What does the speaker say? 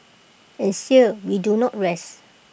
and still we do not rest